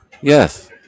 Yes